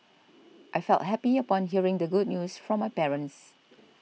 I felt happy upon hearing the good news from my parents